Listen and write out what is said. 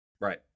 Right